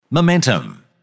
Momentum